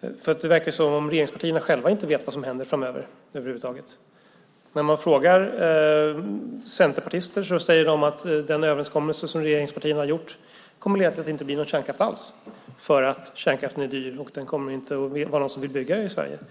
Regeringspartierna själva verkar inte veta vad som över huvud taget händer framöver. När man frågar centerpartister om detta säger de att den överenskommelse som regeringspartierna har träffat kommer att leda till att det inte blir någon kärnkraft alls eftersom kärnkraften är dyr och det inte kommer att vara någon som vill bygga ut kärnkraften i Sverige.